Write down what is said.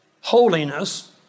holiness